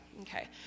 Okay